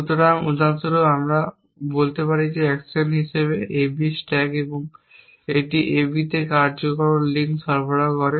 সুতরাং উদাহরণস্বরূপ আমরা বলতে পারি অ্যাকশন হিসাবে AB স্ট্যাক এবং এটি A B তে এই কার্যকারণ লিঙ্ক সরবরাহ করে